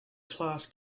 class